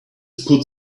put